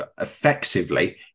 effectively